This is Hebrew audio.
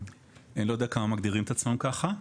אני לא יודע כמה מגדירים את עצמם ככה.